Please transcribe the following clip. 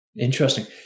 Interesting